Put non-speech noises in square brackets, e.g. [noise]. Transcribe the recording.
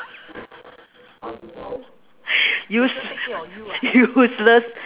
[laughs] use~ useless